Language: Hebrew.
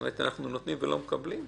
אנחנו נותנים ולא מקבלים?